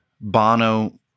Bono